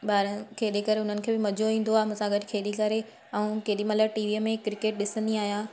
ॿार खेॾे करे उन्हनि खे बि मज़ो ईंदो आहे मूंसां गॾु खेॾी करे ऐं केॾी महिल टीवीअ में क्रिकेट ॾिसंदी आहियां